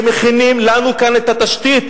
הם מכינים לנו כאן את התשתית,